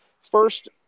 first